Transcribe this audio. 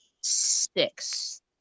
six